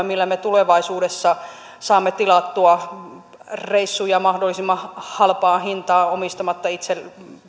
millä me tulevaisuudessa saamme tilattua reissuja mahdollisimman halpaan hintaan omistamatta itse